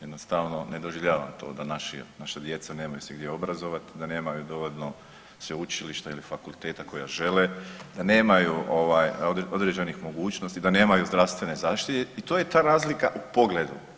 Jednostavno ne doživljavam to da naši, naša djeca se nemaju gdje obrazovati, da nemaju dovoljno sveučilišta ili fakulteta koja žele, da nemaju određenih mogućnosti, da nemaju zdravstvene zaštite i to je ta razlika u pogledu.